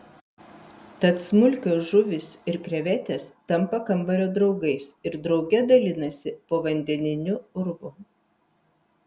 tad smulkios žuvys ir krevetės tampa kambario draugais ir drauge dalinasi povandeniniu urvu